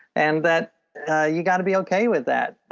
and that you got to be okay with that,